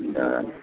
இந்த